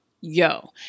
yo